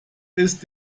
ist